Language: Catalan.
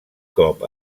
cop